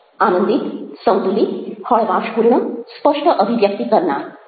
આનંદિત સંતુલિત હલાવાશપૂર્ણ સ્પષ્ટ અભિવ્યક્તિ કરનાર